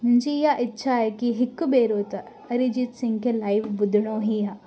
मुंहिंजी इहा इच्छा आहे की हिकु भेरो त अरीजीत सिंग खे लाइव ॿुधणो ई आहे